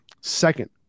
second